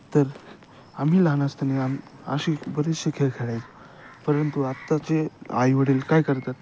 तर आम्ही लहान असताना आम्ही असे बरेचसे खेळ खेळायचो परंतु आत्ताचे आई वडील काय करतात